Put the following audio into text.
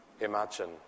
imagine